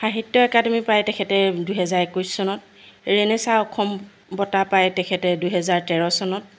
সাহিত্য একাডেমি পায় তেখেতে দুহেজাৰ একৈছ চনত ৰেনেচা অসম বঁটা পায় তেখেতে দুহেজাৰ তেৰ চনত